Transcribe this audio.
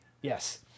Yes